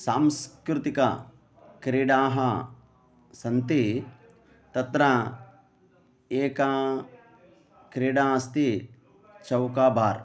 सांस्कृतिकक्रीडाः सन्ति तत्र एका क्रीडा अस्ति चौकाबार्